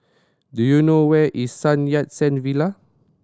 do you know where is Sun Yat Sen Villa